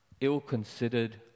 ill-considered